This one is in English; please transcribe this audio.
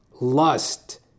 lust